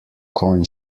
konj